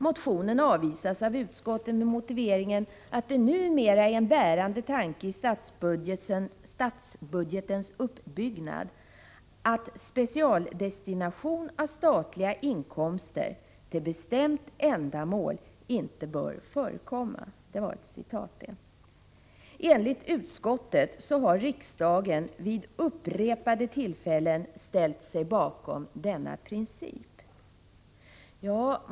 Motionen avvisas av utskottet med motiveringen att ”en bärande tanke i statsbudgetens uppbyggnad är numera att specialdestination av statliga inkomster till bestämt ändamål inte bör förekomma”. Enligt utskottet har riksdagen ”vid upprepade tillfällen ställt sig bakom denna princip”.